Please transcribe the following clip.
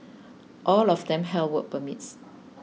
all of them held work permits